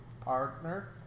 Partner